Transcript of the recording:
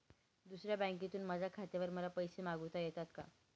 दुसऱ्या बँकेतून माझ्या खात्यावर मला पैसे मागविता येतात का?